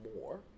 more